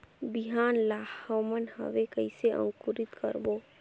बिहान ला हमन हवे कइसे अंकुरित करबो?